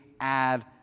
add